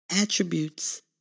Attributes